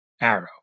Arrow